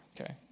Okay